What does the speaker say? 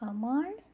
আমাৰ